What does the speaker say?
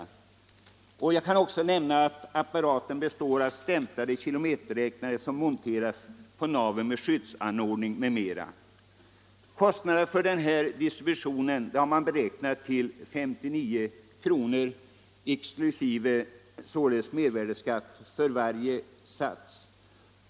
Jag Torsdagen den kan också nämna att apparaturen består av stämplade kilometerräknare 22 maj 1975 som monteras på navet och som är försedda med skyddsanordning m.m. Kostnaderna för denna distribution har beräknats till 59 kr. exkl. mer — Kilometerskatt för värdeskatt för varje sats.